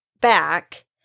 back